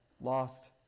lost